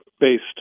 based